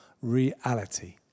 reality